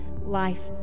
life